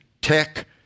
tech